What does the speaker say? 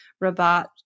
Rabat